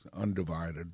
undivided